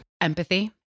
Empathy